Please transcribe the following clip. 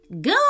Go